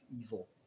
evil